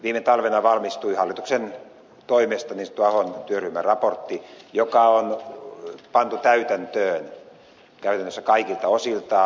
viime talvena valmistui hallituksen toimesta niin sanottu ahon työryhmän raportti joka on pantu täytäntöön käytännössä kaikilta osiltaan